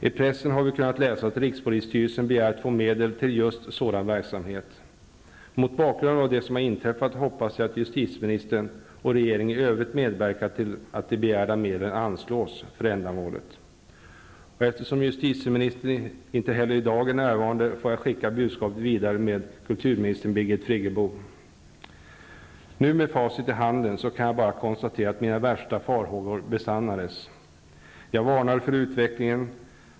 I pressen har vi kunnat läsa att rikspolisstyrelsen begärt att få medel till just sådan verksamhet. Mot bakgrund av det som inträffat hoppas jag att justitieministern och regeringen i övrigt medverkar till att de begärda medlen anslås för ändamålet. Eftersom justitieministern inte heller i dag är närvarande får jag skicka budskapet vidare med kulturminister Birgit Friggebo. Med facit i handen, kan jag nu bara konstatera att mina värsta farhågor besannades. Jag varnade för utvecklingen.